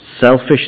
selfish